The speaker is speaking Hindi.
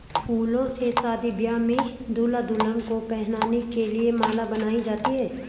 फूलों से शादी ब्याह में दूल्हा दुल्हन को पहनाने के लिए माला बनाई जाती है